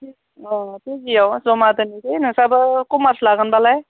अ पिजियाव जमा दोनसै नोंस्राबो कमार्स लागोनब्लालाय